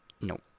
No